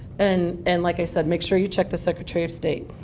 and and like i said, make sure you check the secretary of state.